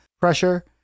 Pressure